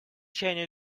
чаяния